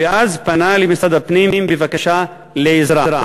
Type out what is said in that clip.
ואז פנה למשרד הפנים בבקשה לעזרה.